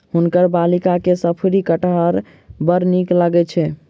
हुनकर बालिका के शफरी कटहर बड़ नीक लगैत छैन